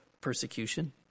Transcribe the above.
persecution